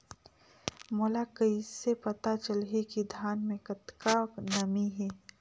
मोला कइसे पता चलही की धान मे कतका नमी हे?